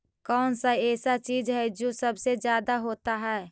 कौन सा ऐसा चीज है जो सबसे ज्यादा होता है?